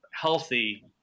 healthy